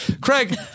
Craig